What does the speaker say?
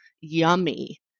yummy